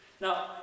Now